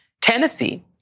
Tennessee